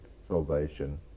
salvation